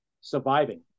surviving